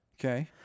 Okay